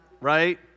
right